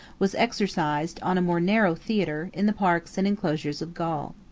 was exercised, on a more narrow theatre, in the parks and enclosures of gaul.